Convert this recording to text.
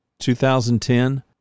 2010